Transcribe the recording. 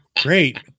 Great